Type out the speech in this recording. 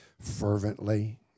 fervently